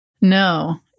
No